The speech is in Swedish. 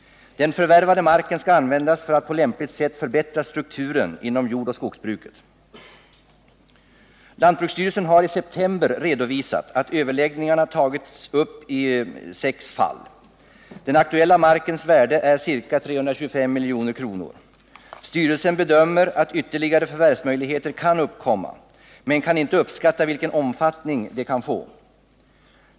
Den förvärvade marken skall användas för att på lämpligt sätt förbättra strukturen inom jordoch skogsbruket. Lantbruksstyrelsen har i september redovisat att överläggningar tagits upp isex fall. Den aktuella markens värde är ca 325 milj.kr. Styrelsen bedömer att ytterligare förvärvsmöjligheter kan uppkomma, men kan inte uppskatta vilken omfattning de kan få.